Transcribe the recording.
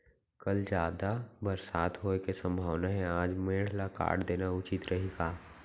कल जादा बरसात होये के सम्भावना हे, आज मेड़ ल काट देना उचित रही का?